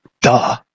Duh